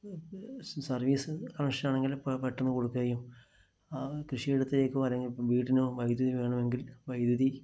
service connection ആണെങ്കില് പെട്ടെന്ന് കൊടുക്കുകയും കൃഷിയിടത്തിലേക്കും അല്ലെങ്കില് വീട്ടിലോ വൈദ്യുതി വേണമെങ്കില് വൈദ്യുതി